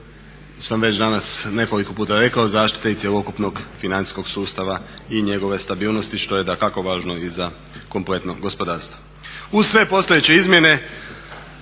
sam već danas nekoliko puta rekao zaštita i cjelokupnog financijskog sustava i njegove stabilnosti što je dakako važno i za kompletno gospodarstvo. Uz sve postojeće izmjene